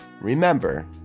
remember